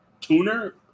tuner